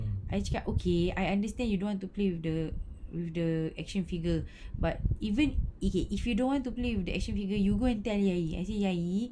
I cakap okay I understand you don't want to play with the with the action figure but even okay if you don't want to play with the action figure you go and tell ayi I say ayi